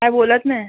काय बोलत नाही